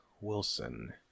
Wilson